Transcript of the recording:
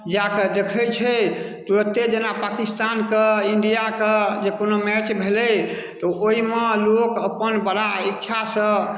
जाक देखै छै तुरते जेना पाकिस्तानके इण्डियाके जे कोनो मैच भेलै तऽ ओहिमे लोक अपन बड़ा इच्छासॅं